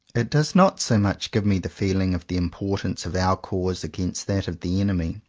it does not so much give me the feeling of the importance of our cause against that of the enemy,